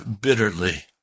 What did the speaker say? bitterly